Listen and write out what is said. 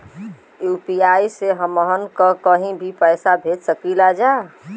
UPI से हमहन के कहीं भी पैसा भेज सकीला जा?